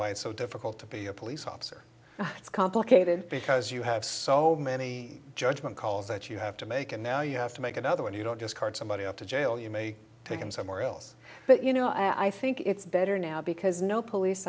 why it's so difficult to be a police officer it's complicated because you have so many judgement calls that you have to make and now you have to make another one you don't discard somebody up to jail you may take them somewhere else but you know i think it's better now because no police